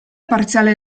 parziale